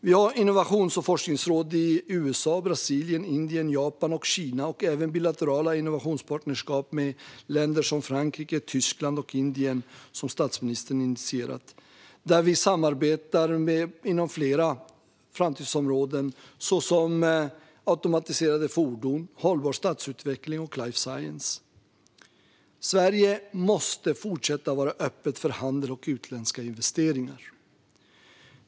Vi har innovations och forskningsråd i USA, Brasilien, Indien, Japan och Kina och även bilaterala innovationspartnerskap med Frankrike, Tyskland och Indien, som statsministern initierat, där vi samarbetar inom flera framtidsområden såsom automatiserade fordon, hållbar stadsutveckling och life science. Sverige måste fortsätta vara öppet för handel och utländska investeringar.